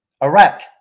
Iraq